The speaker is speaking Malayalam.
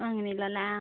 അങ്ങനെ ഉള്ളൂ അല്ലേ ആ